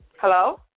Hello